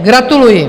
Gratuluji!